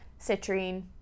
citrine